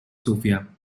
sofia